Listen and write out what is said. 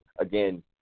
again